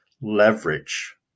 leverage